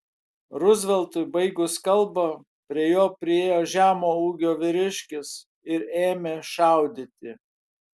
ruzveltui baigus kalbą prie jo priėjo žemo ūgio vyriškis ir ėmė šaudyti